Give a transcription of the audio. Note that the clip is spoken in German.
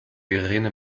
irene